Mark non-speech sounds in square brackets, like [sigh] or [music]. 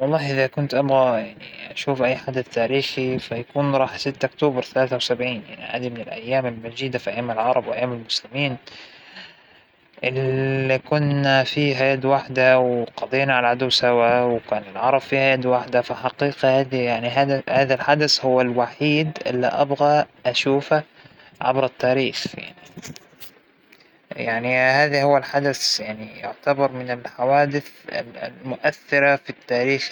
لا مو حدث واحد، لكن أعتقد إنى اعشق فكرة التحرر، يعنى الأوقات اللى الدول اللى كانت مستعمرة نالت أستقلاليتها، أناأنا أبى أشاهد هذا الحدث، أو إنى أحضره مو دولة بعينها، لكن [hesitation] فالعموم أبى أشهد ال [hesitation]